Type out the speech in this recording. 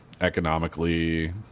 Economically